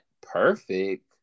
perfect